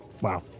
Wow